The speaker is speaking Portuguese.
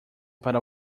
para